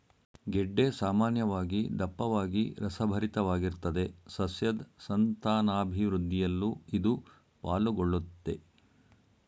ಗೆಡ್ಡೆ ಸಾಮಾನ್ಯವಾಗಿ ದಪ್ಪವಾಗಿ ರಸಭರಿತವಾಗಿರ್ತದೆ ಸಸ್ಯದ್ ಸಂತಾನಾಭಿವೃದ್ಧಿಯಲ್ಲೂ ಇದು ಪಾಲುಗೊಳ್ಳುತ್ದೆ